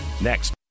Next